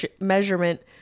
measurement